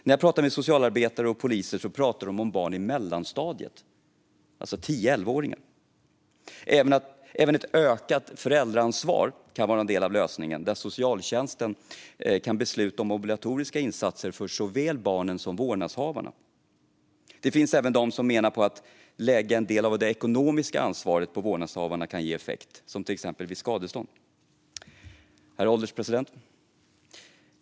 När jag pratar med socialarbetare och poliser nämner de barn i mellanstadiet, alltså 10-11-åringar. Även ett ökat föräldraansvar kan vara en del av lösningen, där socialtjänsten kan besluta om obligatoriska insatser för såväl barnen som vårdnadshavarna. Det finns även de som menar att detta att lägga en del av det ekonomiska ansvaret på vårdnadshavarna kan ge effekt, till exempel vid skadestånd. Herr ålderspresident!